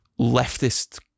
leftist